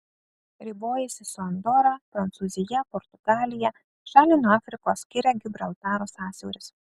ribojasi su andora prancūzija portugalija šalį nuo afrikos skiria gibraltaro sąsiauris